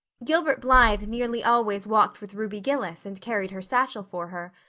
gilbert blythe nearly always walked with ruby gillis and carried her satchel for her.